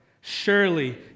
Surely